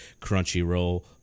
Crunchyroll